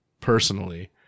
personally